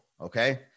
Okay